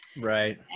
Right